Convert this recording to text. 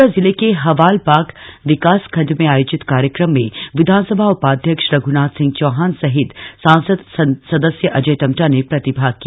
अल्मोड़ा जिले के हवालबाक विकास खण्ड में आयोजित कार्यक्रम में विधानसभा उपाध्यक्ष रघुनाथ सिंह चौहान सहित सासंद सदस्य अजय टम्टा ने प्रतिभाग किया